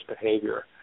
behavior